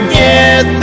get